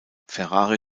ferrari